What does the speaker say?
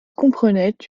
comprenait